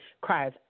cries